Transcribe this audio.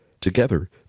Together